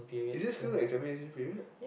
is it still like it's period